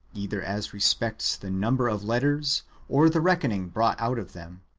either as respects the number of letters or the reckoning brought out of them,